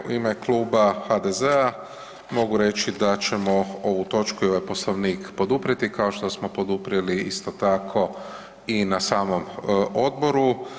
U ime Kluba HDZ-a mogu reći da ćemo ovu točku i ovaj Poslovnik poduprijeti, kao što smo poduprijeli isto tako i na samom odboru.